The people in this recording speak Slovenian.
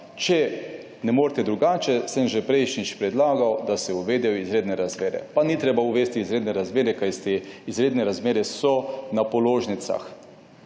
Če ne morete drugače, sem že prejšnjič predlagal, da se uvedejo izredne razmere. Pa ni treba uvesti izrednih razmer, kajti izredne razmere so na položnicah,